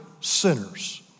sinners